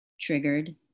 triggered